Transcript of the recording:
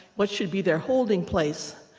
what should be their holding place?